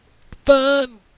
fun